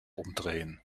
umdrehen